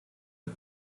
het